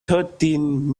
thirteen